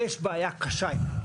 יש בעיה קשה עם הדבר הזה.